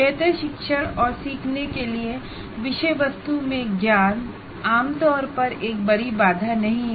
बेहतर शिक्षण और सीखने के लिए विषय वस्तु का ज्ञान आम तौर पर एक बड़ी बाधा नहीं है